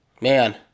man